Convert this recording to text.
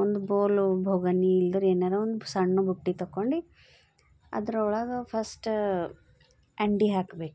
ಒಂದು ಬೌಲು ಭೊಗಣಿ ಇಲ್ದಿದ್ರ ಏನಾರ ಒಂದು ಸಣ್ಣ ಬುಟ್ಟಿ ತಗೊಂಡು ಅದ್ರೊಳಗೆ ಫಸ್ಟ ಅಂಡಾ ಹಾಕ್ಬೇಕು